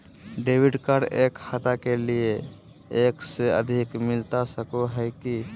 Debit card एक खाता के लिए एक से अधिक मिलता सको है की?